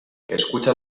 escucha